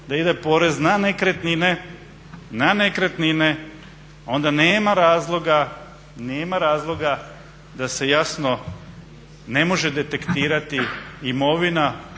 da ide porez na nekretnine, onda nema razloga da se jasno ne može detektirati imovina